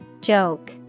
Joke